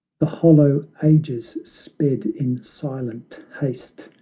the hollow ages sped in silent haste,